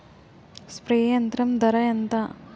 Spray యంత్రం ధర ఏంతా?